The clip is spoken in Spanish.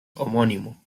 homónimo